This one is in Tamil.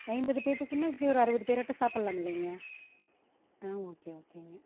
ஐம்பது பேர்த்துக்குன்னா எப்படியும் ஒரு அறுபது பேராட்டாம் சாப்படல்லாமில்லைங்க ம் ஓகே ஓகேங்க